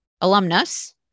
alumnus